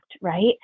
right